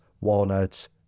walnuts